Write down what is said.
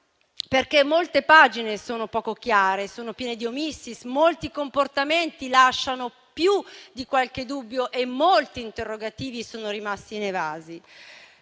perché molte pagine sono poco chiare, sono piene di *omissis*, molti comportamenti lasciano più di qualche dubbio e molti interrogativi sono rimasti inevasi.